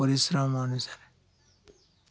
ପରିଶ୍ରମ ଅନୁସାରେ